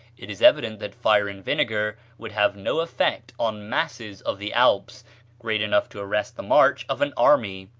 it is evident that fire and vinegar would have no effect on masses of the alps great enough to arrest the march of an army.